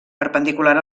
perpendicular